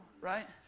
right